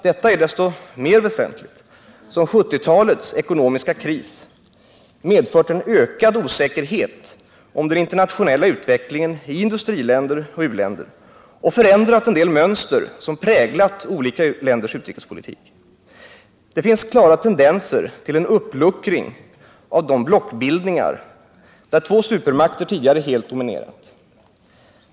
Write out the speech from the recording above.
Detta är desto mer väsentligt som 1970-talets ekonomiska kris medfört en ökad osäkerhet om den internationella utvecklingen i industriländer och u-länder och förändrat en del mönster som präglat olika länders utrikespolitik. Det finns klara tendenser till en uppluckring av de blockbildningar där två supermakter tidigare dominerat.